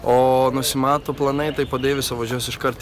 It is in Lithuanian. o nusimato planai tai važiuosiu iškart